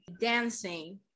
dancing